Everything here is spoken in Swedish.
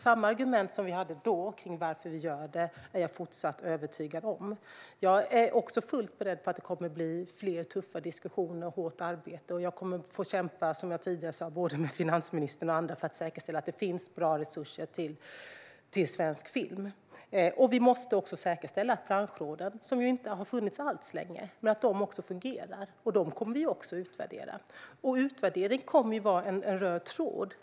Samma argument som vi hade då kring varför vi gör det är jag fortsatt övertygad om. Jag är också fullt beredd på att det kommer att bli fler tuffa diskussioner och hårt arbete, och jag kommer att få kämpa, som jag tidigare sa, med både finansministern och andra, för att säkerställa att det finns bra resurser till svensk film. Vi måste också säkerställa att branschråden, som ju inte har funnits länge alls, fungerar. Dem kommer vi också att utvärdera. Utvärdering kommer att vara en röd tråd.